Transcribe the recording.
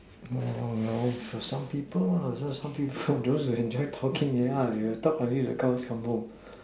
some people just some people those that enjoy talking yeah they talk until the cows come home